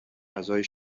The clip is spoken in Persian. غذایی